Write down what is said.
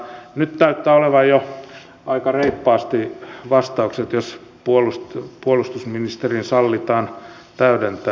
nyt näyttää olevan jo aika reippaasti vastauksia että jos puolustusministerin sallitaan täydentää